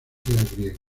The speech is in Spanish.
griega